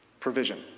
Provision